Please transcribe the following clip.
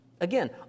Again